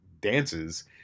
dances